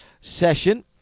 session